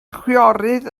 chwiorydd